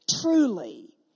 truly